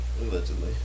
Allegedly